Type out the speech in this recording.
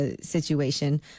situation